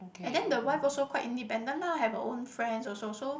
and then the wife also quite independent lah have her own friends also so